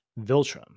Viltrum